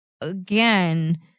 again